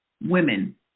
Women